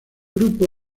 grupo